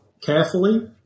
carefully